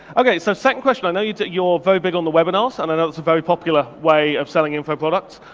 okay, so second question. i know you did, your very big on the webinars, and i know it's a very popular way of selling info products.